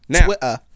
Twitter